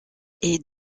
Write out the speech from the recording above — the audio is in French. est